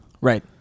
Right